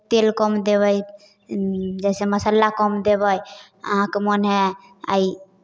तेल कम देबै जैसे मसाला कम देबै अहाँके मोन हए आइ